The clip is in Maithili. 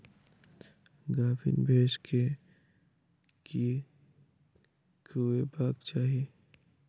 गाभीन भैंस केँ की खुएबाक चाहि?